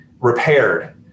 repaired